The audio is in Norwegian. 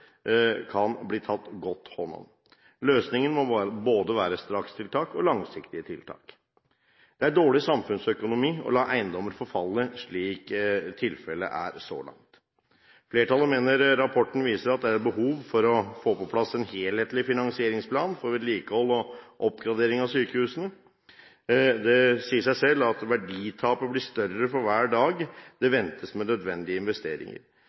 kan bli tatt godt hånd om. Løsningen må være både strakstiltak og langsiktige tiltak. Det er dårlig samfunnsøkonomi å la eiendommer forfalle slik tilfellet er så langt. Flertallet mener rapporten viser at det er behov for å få på plass en helhetlig finansieringsplan for vedlikehold og oppgradering av sykehusene. Det sier seg selv at verditapet blir større for hver dag det ventes med nødvendige investeringer.